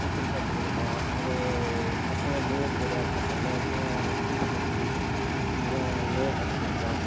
நீச்சல் கற்றுக் கொடுப்போம் அது பசங்க நீந்த தெரியாத பசங்களை இருக்கற டீப்பு கட்டி அவங்க நீந்த கற்றுக் கொடுப்போம்